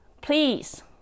please